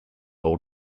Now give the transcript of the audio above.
all